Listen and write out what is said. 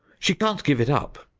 she can't give it up!